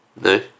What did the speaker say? No